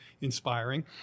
inspiring